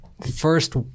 first